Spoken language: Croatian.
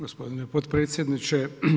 Gospodine potpredsjedniče.